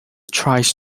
tries